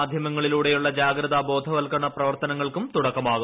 മാധൃമുങ്ങളിലൂടെയുള്ള ജാഗ്രതാ ബോധവൽക്കരണ പ്രവർത്തന്റിങ്ങൾക്കും തുടക്കമാവും